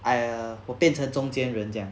I err 我变成中间人这样